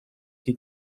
que